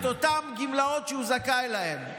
את אותן גמלאות שהוא זכאי להן.